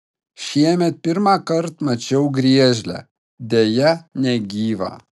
šiemet pirmąkart mačiau griežlę deja negyvą